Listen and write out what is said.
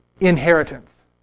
inheritance